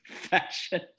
Fashion